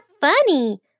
funny